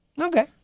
Okay